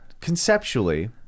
Conceptually